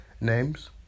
names